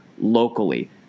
locally